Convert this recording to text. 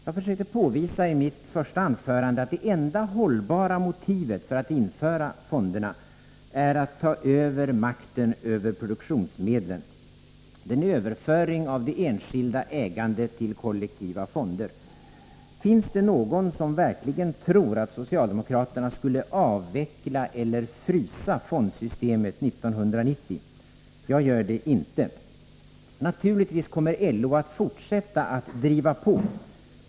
Jag försökte påvisa i mitt första anförande att det enda hållbara motivet för att införa fonderna är att ta över makten över produktionsmedlen, en överföring av det enskilda ägandet till kollektiva fonder. Finns det någon som verkligen tror att socialdemokraterna skulle avveckla eller frysa fondsystemet 1990? Jag gör det inte. Naturligtvis kommer LO att fortsätta att driva på.